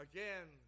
Again